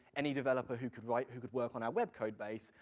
any developer who could write, who could work on our web code base,